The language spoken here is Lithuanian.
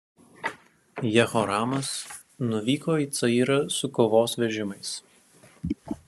jehoramas nuvyko į cayrą su kovos vežimais